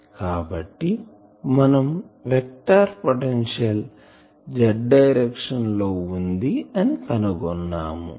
కాబట్టి మనం vector potential Z direction లో వుంది అని కనుగొన్నము